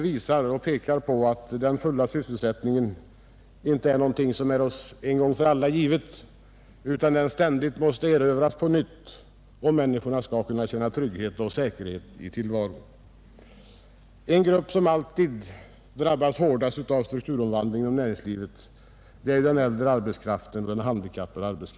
De pekar på att den fulla sysselsättningen inte är någonting givet utan att den ständigt måste erövras på nytt om människorna skall kunna känna trygghet och säkerhet i tillvaron. En grupp som alltid drabbas hårdast av strukturomvandlingen i näringslivet är den äldre arbetskraften och de handikappade.